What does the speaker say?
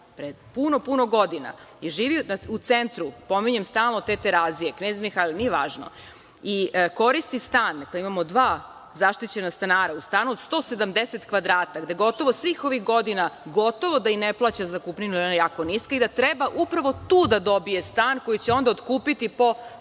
pre puno, puno godina i živi u centru, pominjem stalno te Terazije, Knez Mihajlovu, nije važno i koristi stan gde imamo dva zaštićena stanara, u stanu od 170 kvadrata, gde gotovo svih ovih godina gotovo da i ne plaća zakupninu, jer je ona jako niska, da treba upravo tu da dobije stan koji će onda otkupiti po